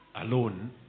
alone